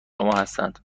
هستند